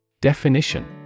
Definition